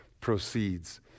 proceeds